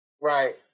Right